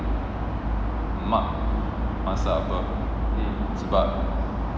mak masak apa sebab kan